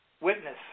witness